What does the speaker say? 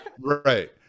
right